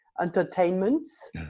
entertainments